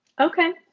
Okay